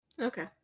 Okay